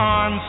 on